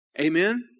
Amen